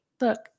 look